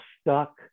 stuck